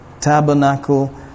tabernacle